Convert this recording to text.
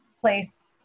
place